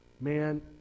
Man